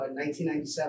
1997